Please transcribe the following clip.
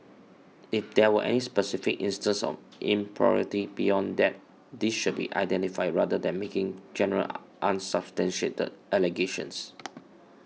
if there were any specific instances of impropriety beyond that these should be identified rather than making general unsubstantiated allegations